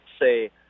say